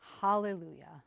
hallelujah